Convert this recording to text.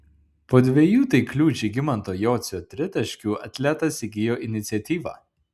po dviejų taiklių žygimanto jocio tritaškių atletas įgijo iniciatyvą